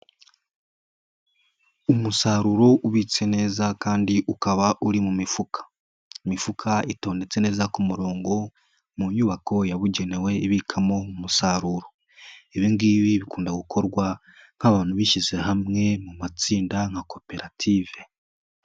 Umusaruro ubitse neza kandi ukaba uri mu mifuka. Imifuka itondetse neza ku murongo mu nyubako yabugenewe ibikamo umusaruro. Ibingibi bikunda gukorwa nk'abantu bishyize hamwe mu matsinda nka koperative.